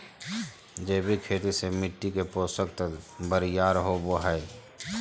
जैविक खेती से मिट्टी के पोषक तत्व बरियार होवो हय